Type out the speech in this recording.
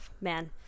man